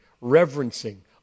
reverencing